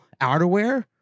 outerwear